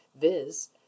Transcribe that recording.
viz